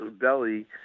belly